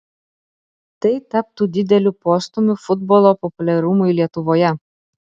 tai taptų dideliu postūmiu futbolo populiarumui lietuvoje